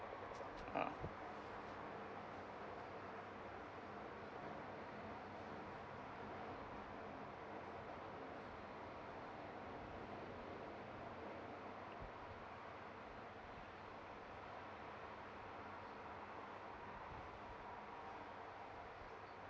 ah